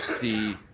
the